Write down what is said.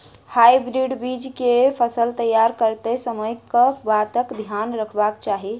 Hybrid बीज केँ फसल तैयार करैत समय कऽ बातक ध्यान रखबाक चाहि?